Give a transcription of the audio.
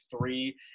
three